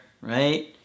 right